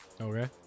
Okay